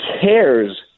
cares